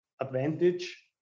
advantage